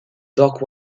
dock